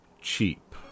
cheap